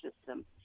system